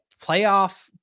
playoff